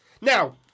Now